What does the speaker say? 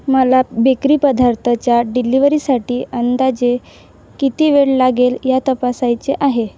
मला बेकरी पदार्थाच्या डिलिव्हरीसाठी अंदाजे किती वेळ लागेल या तपासायचे आहे